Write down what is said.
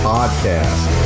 Podcast